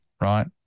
right